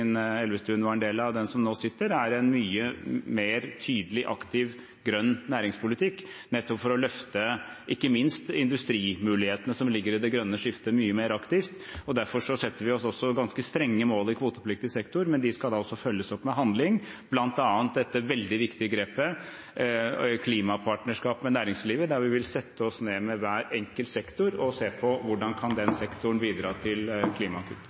Elvestuen var en del av, og den som nå sitter, er en mye mer tydelig aktiv grønn næringspolitikk, nettopp for å løfte ikke minst industrimulighetene som ligger i det grønne skiftet, mye mer aktivt. Derfor setter vi oss også ganske strenge mål i kvotepliktig sektor. De skal altså følges opp med handling, bl.a. dette veldig viktige grepet klimapartnerskap med næringslivet, der vi vil sette oss ned med hver enkelt sektor og se på hvordan den sektoren kan bidra til klimakutt.